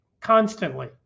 constantly